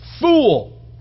fool